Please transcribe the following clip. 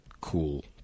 cool